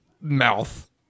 mouth